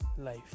Life